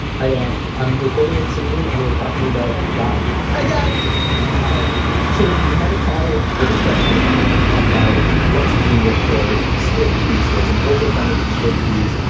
hi, dad. i'm recording with samin, and we're talking about dal hi, dad hi so we have a caller with a question about what to do with her split peas. she has an over-abundance of split peas.